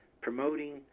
promoting